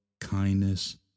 kindness